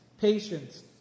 patience